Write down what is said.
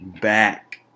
back